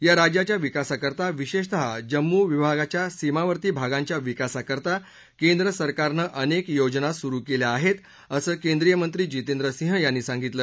या राज्याच्या विकासाकरता विशेषतः जम्मू विभागाच्या सीमावर्ती भागांच्या विकासाकरता केंद्र सरकारनं अनेक योजना सुरू केल्या आहेत असं केंद्रीय मंत्री जितेंद्र सिंह यांनी सांगितलं